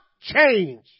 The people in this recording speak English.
change